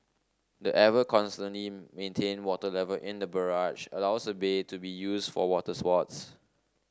the ever constantly maintained water level in the barrage allows the bay to be used for water sports